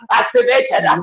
activated